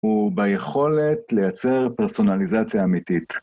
וביכולת לייצר פרסונליזציה אמיתית.